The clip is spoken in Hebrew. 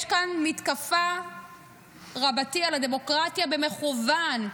יש כאן מתקפה רבתי על הדמוקרטיה במכוון.